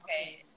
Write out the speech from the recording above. okay